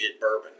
bourbon